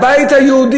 את הבית היהודי,